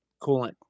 coolant